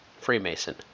Freemason